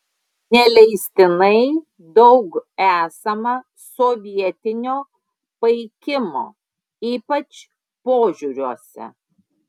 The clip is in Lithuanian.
neleistinai daug esama sovietinio paikimo ypač požiūriuose